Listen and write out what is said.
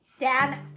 Dad